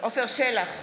עפר שלח,